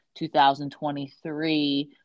2023